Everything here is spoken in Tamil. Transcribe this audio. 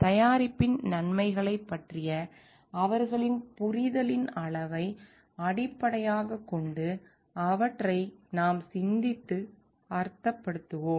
தயாரிப்பின் நன்மைகளைப் பற்றிய அவர்களின் புரிதலின் அளவை அடிப்படையாகக் கொண்டு அவற்றை நாம் சிந்தித்து அர்த்தப்படுத்துவோம்